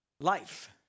Life